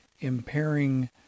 impairing